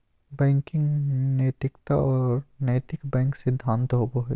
banking नैतिकता और नैतिक बैंक सिद्धांत होबो हइ